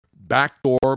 backdoor